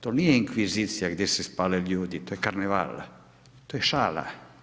To nije inkvizicija gdje se spale ljudi, to je karneval, to je šala.